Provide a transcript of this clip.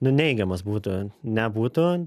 nu neigiamas būtų nebūtų